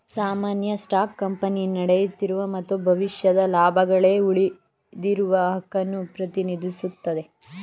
ಸಾಮಾನ್ಯ stock company ನಡೆಯುತ್ತಿರುವ ಮತ್ತು ಭವಿಷ್ಯದ ಲಾಭಗಳ್ಗೆ ಉಳಿದಿರುವ ಹಕ್ಕುನ್ನ ಪ್ರತಿನಿಧಿಸುತ್ತೆ